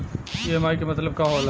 EMI के मतलब का होला?